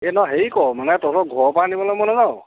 এ নহয় হেৰি কৰ মানে তহঁতৰ ঘৰৰ পৰা আনিবলৈ মই নাযাওঁ